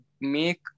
make